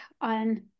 on